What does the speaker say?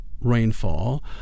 Rainfall